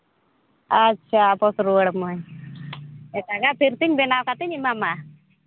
ᱟᱪᱪᱷᱟ ᱟᱯᱚᱥ ᱨᱩᱣᱟᱹᱲ ᱟᱹᱢᱟᱹᱧ ᱮᱴᱟᱜᱟᱜ ᱯᱷᱤᱨᱛᱮ ᱵᱮᱱᱟᱣ ᱠᱟᱛᱮᱧ ᱮᱢᱟᱢᱟ